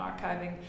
archiving